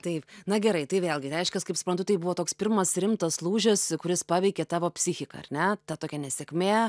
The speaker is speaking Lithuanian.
taip na gerai tai vėlgi reiškias kaip suprantu tai buvo toks pirmas rimtas lūžis e kuris paveikė tavo psichiką ar ne ta tokia nesėkmė